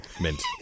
Mint